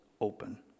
open